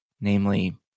namely